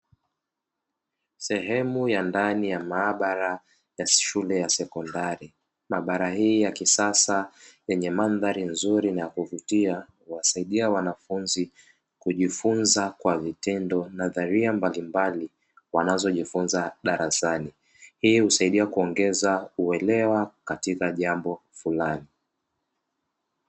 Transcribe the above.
Sehemu ya ndani ya maabara ya shule ya sekondari, maabara hii ya kisasa yenye mandhari nzuri na kuvutia, huwasaidia wanafunzi kujifunza kwa vitendo nadharia mbalimbali wanazojifunza darasani. Hii husaidia kuongeza uelewa katika jambo fulani.